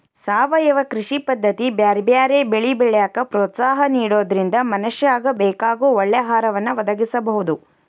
ಸಾವಯವ ಕೃಷಿ ಪದ್ದತಿ ಬ್ಯಾರ್ಬ್ಯಾರೇ ಬೆಳಿ ಬೆಳ್ಯಾಕ ಪ್ರೋತ್ಸಾಹ ನಿಡೋದ್ರಿಂದ ಮನಶ್ಯಾಗ ಬೇಕಾಗೋ ಒಳ್ಳೆ ಆಹಾರವನ್ನ ಒದಗಸಬೋದು